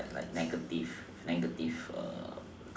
like like negative negative